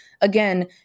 again